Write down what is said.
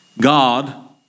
God